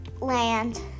land